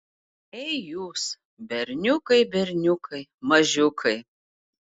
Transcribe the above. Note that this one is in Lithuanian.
ei jūs berniukai berniukai mažiukai